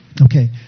Okay